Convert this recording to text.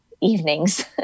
evenings